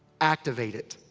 activate it.